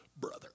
brother